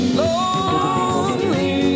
lonely